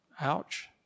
Ouch